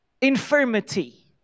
infirmity